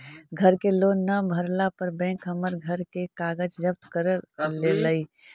घर के लोन न भरला पर बैंक हमर घर के कागज जब्त कर लेलई